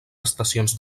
estacions